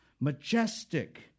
majestic